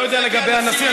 לא יודע לגבי הנשיא,